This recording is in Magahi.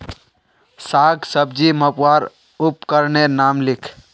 साग सब्जी मपवार उपकरनेर नाम लिख?